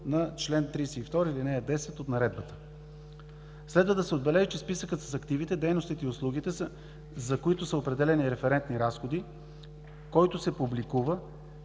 на чл. 32, ал. 10 от Наредбата. Следва да се отбележи, че списъкът с активите, дейностите и услугите, за които са определени референтни разходи, който се публикува